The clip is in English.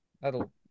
that'll